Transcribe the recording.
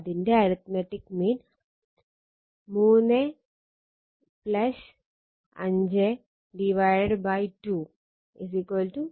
അതിന്റെ arithmetic mean 35 2 4 ആണ്